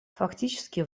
фактически